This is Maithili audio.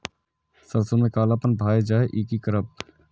सरसों में कालापन भाय जाय इ कि करब?